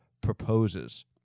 proposes